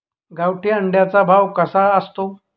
गावठी अंड्याचा भाव कसा असतो?